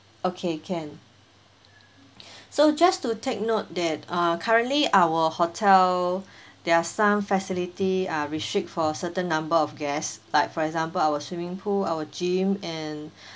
okay can so just to take note that uh currently our hotel there are some facility uh restrict for a certain number of guests like for example our swimming pool our gym and